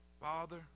father